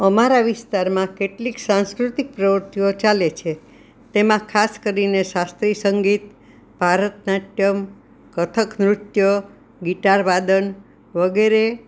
અમારા વિસ્તારમાં કેટલીક સાંસ્કૃતિક પ્રવૃત્તિઓ ચાલે છે તેમાં ખાસ કરીને શાસ્ત્રીય સંગીત ભારત નાટ્યમ કથક નૃત્ય ગિટાર વાદન વગેરે